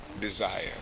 desire